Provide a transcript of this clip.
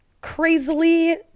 crazily